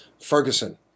Ferguson